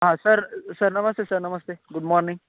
ಹಾಂ sir sir namaste sir namaste good morning